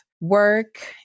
work